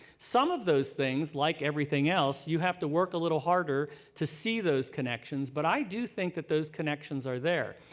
some of those things, like everything else, you have to work a little harder to see those connections but i do think that those connections are there.